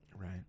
right